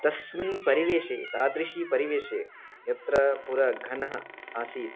तस्मिन् परिवेशे तादृशी परिवेशे यत्र पूर्वं घनः आसीत्